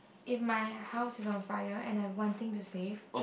if my house is on fire and I have one thing to save